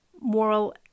moral